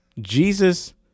jesus